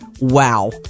Wow